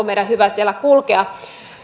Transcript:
meidän hyvä siellä kulkea